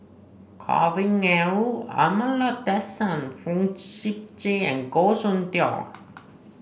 Kavignareru Amallathasan Fong Sip Chee and Goh Soon Tioe